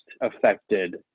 affected